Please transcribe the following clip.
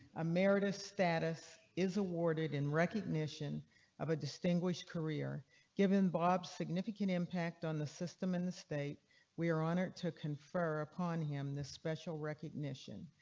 ah meritis status is awarded in recognition of a distinguished career give him bob significant impact on the system in the state we are honored to confer upon him this special recognition.